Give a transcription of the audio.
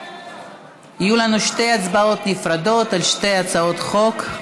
יהיו לנו שתי הצבעות נפרדות על שתי הצעות החוק.